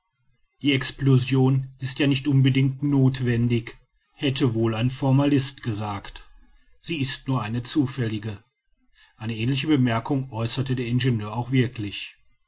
die explosion ist ja nicht unbedingt nothwendig hätte wohl ein formalist gesagt sie ist nur eine zufällige eine ähnliche bemerkung äußerte der ingenieur auch wirklich